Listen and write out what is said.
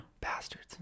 Bastards